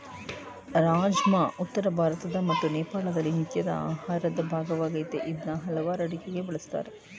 ರಾಜ್ಮಾ ಉತ್ತರ ಭಾರತ ಮತ್ತು ನೇಪಾಳದಲ್ಲಿ ನಿತ್ಯದ ಆಹಾರದ ಭಾಗವಾಗಯ್ತೆ ಇದ್ನ ಹಲವಾರ್ ಅಡುಗೆಗೆ ಬಳುಸ್ತಾರೆ